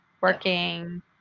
working